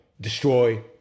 destroy